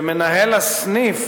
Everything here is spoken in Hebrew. שמנהל הסניף